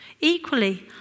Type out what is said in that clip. Equally